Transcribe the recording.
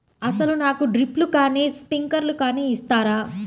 అసలు నాకు డ్రిప్లు కానీ స్ప్రింక్లర్ కానీ ఇస్తారా?